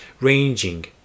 ranging